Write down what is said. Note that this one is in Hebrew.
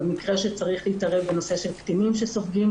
למקרה שצריך להתערב במקרה של קטינים שסופגים